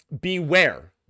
beware